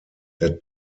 der